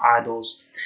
idols